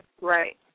Right